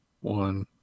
one